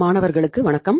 மாணவர்களுக்கு வணக்கம்